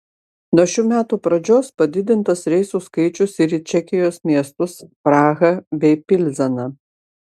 nuo šių metų pradžios padidintas reisų skaičius ir į čekijos miestus prahą bei pilzeną